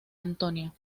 antonio